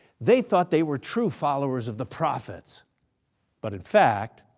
they thought they were true followers of the prophets but in fact,